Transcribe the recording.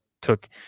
took